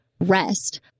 rest